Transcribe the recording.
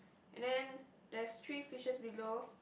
and then there's three fishes below